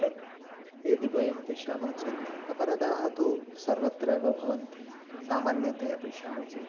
तद् यदि वयं पश्यामः चेत् अपराधाः तु सर्वत्र एव भवन्ति सामान्यतया पश्यामः चेत्